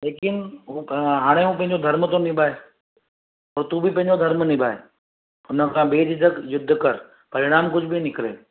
लेकिनि उहो त हाणे पंहिंजो धर्म थो निभाए त तूं बि पंहिंजो धर्म निभाए हुनखां बेझिझक युद्ध कर परिणाम कुझु भी निकिरे